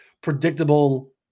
predictable